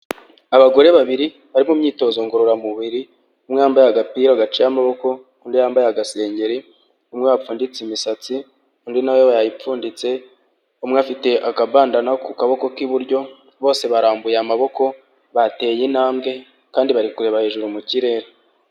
Abagore babiri bari mu myitozo ngororamubiri umwe mwambaye agapira gaciye amaboko undi yambaye agasengeri, umwe wapfunditse imisatsi undi nawe yayipfunditse, umwe afite akabandana ku kaboko k'iburyo, bose barambuye amaboko bateye intambwe kandi bari kureba hejuru mu kirere.